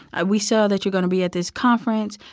ah we saw that you're going to be at this conference,